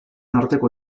arteko